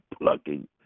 plucking